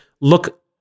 look